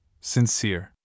Sincere